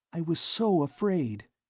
i was so afraid!